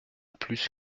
plus